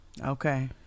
Okay